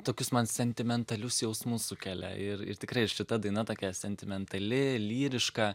tokius man sentimentalius jausmus sukelia ir ir tikrai šita daina tokia sentimentali lyriška